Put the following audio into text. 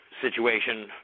situation